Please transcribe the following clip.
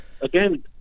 again